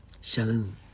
Shalom